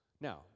Now